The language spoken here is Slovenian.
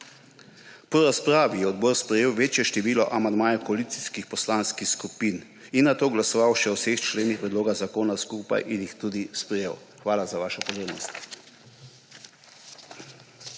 Po razpravi je odbor sprejel večje število amandmajev koalicijskih poslanskih skupin, nato je glasoval še o vseh členih predloga zakona skupaj in jih tudi sprejel. Hvala za vašo pozornost.